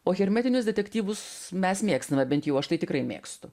o hermetinius detektyvus mes mėgstame bent jau aš tai tikrai mėgstu